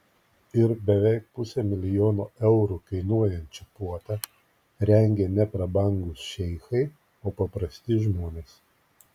ir beveik pusę milijono eurų kainuojančią puotą rengė ne prabangūs šeichai o paprasti žmonės